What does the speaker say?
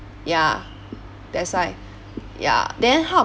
ya that's why ya then how